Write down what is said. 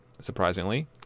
Surprisingly